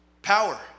Power